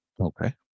Okay